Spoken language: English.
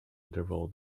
interval